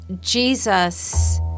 Jesus